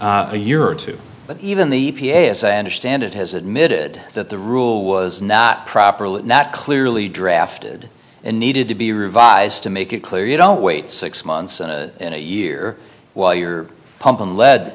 a year or two but even the e p a s and standard has admitted that the rule was not properly not clearly drafted and needed to be revised to make it clear you don't wait six months in a year while you're pumping le